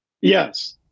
Yes